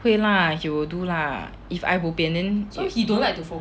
会 lah he will do lah if I bo pian then y~